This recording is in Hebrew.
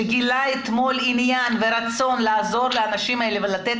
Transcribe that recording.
שאתמול גילה עניין ורצון לעזור לאנשים האלה ולתת